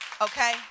Okay